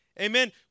Amen